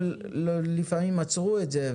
לפעמים עצרו את זה,